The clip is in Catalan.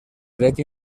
dret